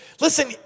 Listen